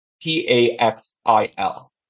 P-A-X-I-L